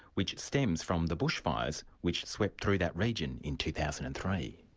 which stems from the bushfires which swept through that region in two thousand and three.